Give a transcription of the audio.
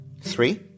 Three